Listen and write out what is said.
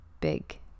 big